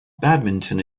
badminton